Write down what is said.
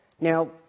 Now